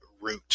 root